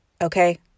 okay